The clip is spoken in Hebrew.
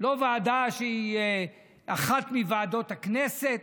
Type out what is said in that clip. לא ועדה שהיא אחת מוועדות הכנסת,